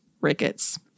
rickets